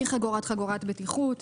אי חגירת חגורת בטיחות,